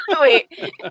Wait